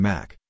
Mac